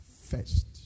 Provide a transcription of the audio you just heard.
first